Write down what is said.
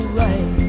right